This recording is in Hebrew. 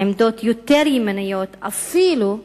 דעות יותר ימניות אפילו,